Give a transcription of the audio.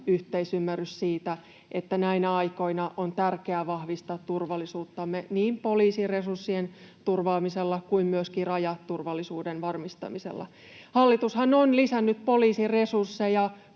yhteisymmärrys siitä, että näinä aikoina on tärkeää vahvistaa turvallisuuttamme niin poliisin resurssien turvaamisella kuin myöskin rajaturvallisuuden varmistamisella. Hallitushan on lisännyt poliisin resursseja